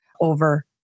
over